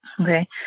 Okay